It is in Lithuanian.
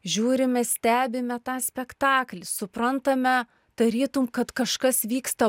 žiūrime stebime tą spektaklį suprantame tarytum kad kažkas vyksta